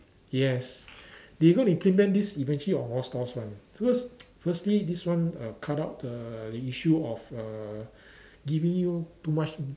yes they going to implement this eventually on all stores one because firstly this one uh cut out the issue of uh giving you too much